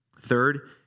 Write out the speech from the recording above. Third